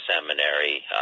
seminary